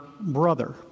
brother